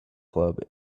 club